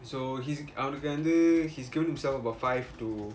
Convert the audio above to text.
so he's அவனுக்கு வந்து:avanuku vanthu he's given himself about five to